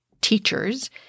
teachers